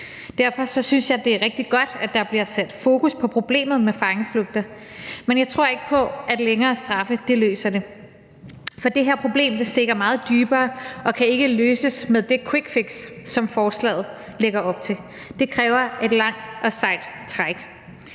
Derfor synes jeg, det er rigtig godt, at der bliver sat fokus på problemet med fangeflugter, men jeg tror ikke på, at længere straffe løser det. For det her problem stikker meget dybere og kan ikke løses med det quickfix, som forslaget lægger op til; det kræver et langt og sejt træk.